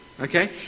Okay